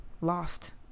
lost